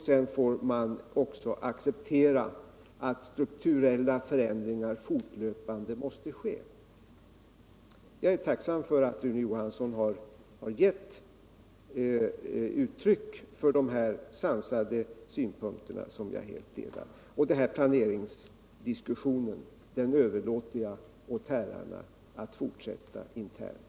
Sedan får man acceptera att strukturella förändringar fortlöpande måste ske. Jag är tacksam för att Rune Johansson har gett uttryck för de här sansade synpunkterna, som jag helt instämmer i. Planeringsdiskussionen överlåter jag åt herrarna att fortsätta internt.